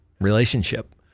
relationship